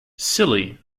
silly